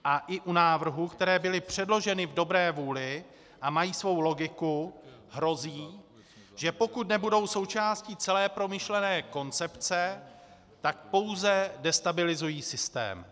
A i u návrhů, které byly předloženy v dobré vůli a mají svou logiku, hrozí, že pokud nebudou součástí celé promyšlené koncepce, tak pouze destabilizují systém.